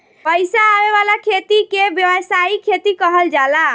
पईसा आवे वाला खेती के व्यावसायिक खेती कहल जाला